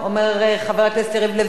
אומר חבר הכנסת יריב לוין.